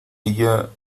ella